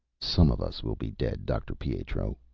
some of us will be dead, dr. pietro,